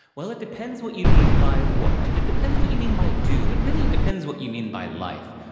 well, it depends on what you mean by what, and it depends what you mean by do, and really, it depends what you mean by life.